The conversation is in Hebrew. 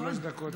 יש לך שלוש דקות.